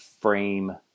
frame